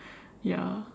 ya